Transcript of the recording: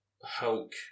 Hulk